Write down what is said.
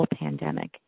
pandemic